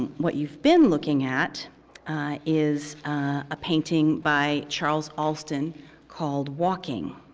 what you've been looking at is a painting by charles alston called walking,